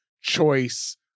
choice